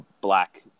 black